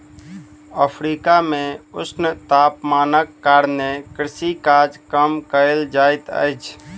Africa मे ऊष्ण तापमानक कारणेँ कृषि काज कम कयल जाइत अछि